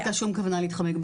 לא היתה שום כוונה להתחמק,